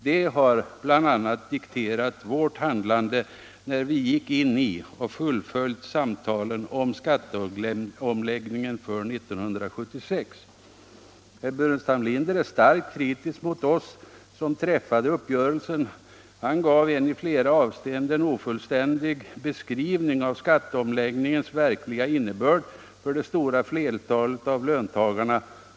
Det har bl.a. dikterat vårt handlande när vi gått in i och fullföljt samtalen om skatteomläggningen för 1976. Herr Burenstam Linder är starkt kritisk mot oss som träffade uppgörelsen. Han gav en i flera avseenden ofullständig beskrivning av skatteomläggningens verkliga innebörd för det stora flertalet av löntagarna.